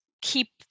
keep